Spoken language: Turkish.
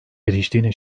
priştine